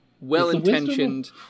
well-intentioned